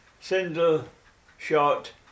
single-shot